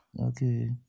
Okay